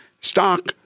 stock